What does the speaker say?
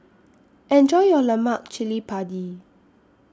Enjoy your Lemak Cili Padi